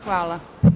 Hvala.